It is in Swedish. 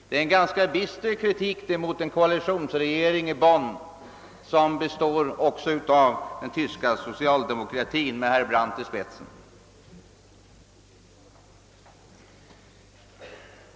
Det är en ganska bister kritik mot koalitionsregeringen i Bonn, som ju består också av socialdemokrater med Willy Brandt i spetsen.